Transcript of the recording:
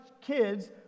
kids